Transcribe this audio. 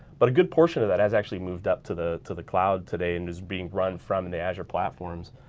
but a good portion of that has actually moved up to the to the cloud today and is being run from and the azure platforms.